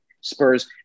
Spurs